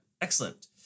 Excellent